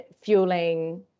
fueling